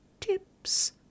tips